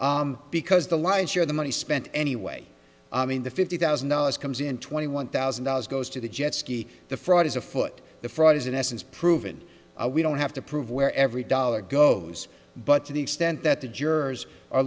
are because the lion's share of the money spent any way i mean the fifty thousand dollars comes in twenty one thousand dollars goes to the jet ski the fraud is afoot the fraud is in essence proven we don't have to prove where every dollar goes but to the extent that the jurors are